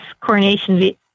coronation